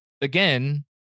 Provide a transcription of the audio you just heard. again